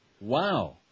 Wow